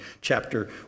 chapter